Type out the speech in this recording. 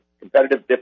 competitive